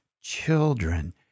children